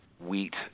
wheat